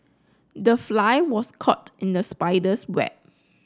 the fly was caught in the spider's web